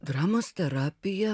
dramos terapija